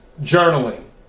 journaling